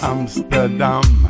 Amsterdam